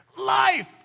Life